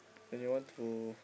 then you want to